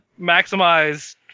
maximize